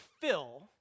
fill